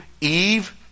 Eve